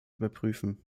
überprüfen